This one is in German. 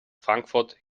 frankfurt